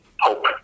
hope